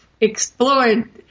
explored